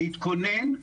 להתכונן,